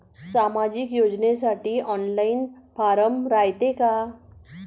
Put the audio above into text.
सामाजिक योजनेसाठी online form रायते का?